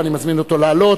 ואני מזמין אותו לעלות,